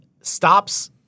stops